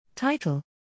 Title